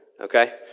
okay